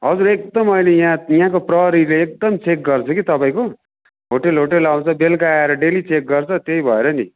हजुर एकदम अहिले यहाँ यहाँको प्रहरीले एकदम चेक गर्छ कि तपाईँको होटेल होटेल आउँछ बेलुका आएर डेली चेक गर्छ त्यही भएर नि